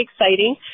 exciting